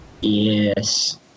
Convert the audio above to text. Yes